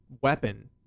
weapon